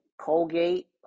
Colgate